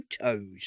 photos